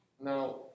now